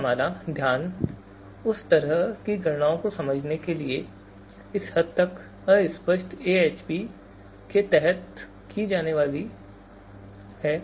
अभी हमारा ध्यान उस तरह की गणनाओं को समझने पर है जो एक हद तक अस्पष्ट AHP के तहत की जाने वाली हैं